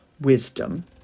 wisdom